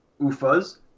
UFAs